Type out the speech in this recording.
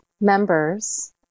members